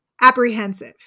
apprehensive